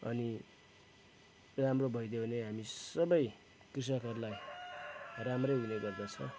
अनि राम्रो भइदियो भने हामी सबै कृषकहरूलाई राम्रै हुने गर्दछ